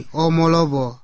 omolobo